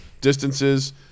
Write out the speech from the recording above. distances